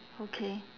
okay